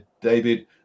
David